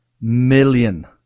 million